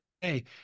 hey